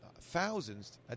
thousands